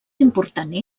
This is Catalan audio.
important